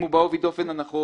אם הוא בעובי הדופן הנכון,